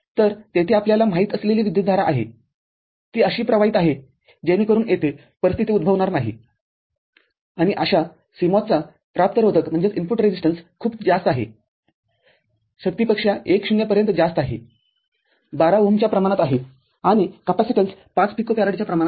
तर तेथे आपल्याला माहित असलेली विद्युतधारा आहेती अशी प्रवाहित आहे जेणेकरून येथे परिस्थिती उद्भवणार नाही आणि अशा CMOS चा प्राप्त रोधकखूप जास्त आहे शक्तीपेक्षा १ 0 पर्यंत जास्त आहे१२ ओहमच्या प्रमाणात आहे आणि कॅपेसिटन्स ५ पिकोफॅरडच्या प्रमाणात आहेत